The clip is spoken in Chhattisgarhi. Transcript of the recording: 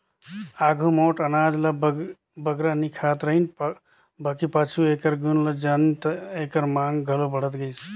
आघु मोट अनाज ल बगरा नी खात रहिन बकि पाछू एकर गुन ल जानिन ता एकर मांग घलो बढ़त गइस